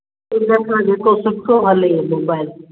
उनखां जेको सुठो हले मोबाइल